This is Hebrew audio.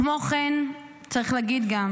כמו כן, צריך להגיד גם